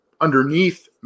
underneath